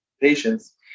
patients